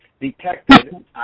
detected